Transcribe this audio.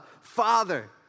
Father